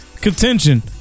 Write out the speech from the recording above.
contention